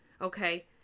Okay